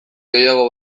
gehiago